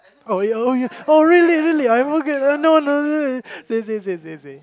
oh ya oh ya oh really really I forget no no no say say say say say